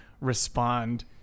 respond